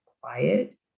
quiet